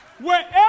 Wherever